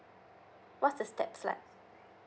what's the steps like